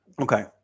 Okay